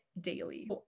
daily